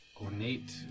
ornate